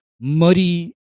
Muddy